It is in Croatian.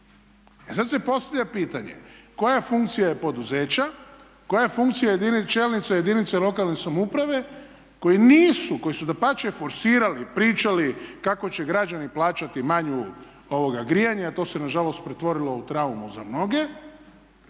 sad se postavlja pitanje, koja funkcija je poduzeća, koja funkcija je čelnica jedinice lokalne samouprave koje nisu, koji su dapače forsirali, pričali kako će građani plaćati manje grijanje, a to se na žalost pretvorilo u traumu za mnoge